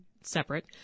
separate